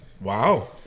wow